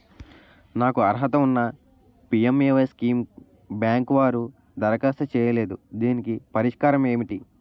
నాకు అర్హత ఉన్నా పి.ఎం.ఎ.వై స్కీమ్ బ్యాంకు వారు దరఖాస్తు చేయలేదు దీనికి పరిష్కారం ఏమిటి?